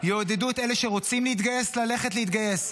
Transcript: יעודדו את אלה שרוצים להתגייס ללכת להתגייס,